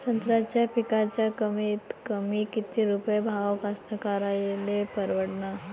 संत्र्याचा पिकाचा कमीतकमी किती रुपये भाव कास्तकाराइले परवडन?